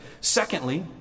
Secondly